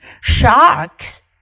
sharks